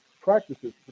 practices